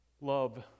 Love